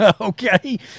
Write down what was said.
okay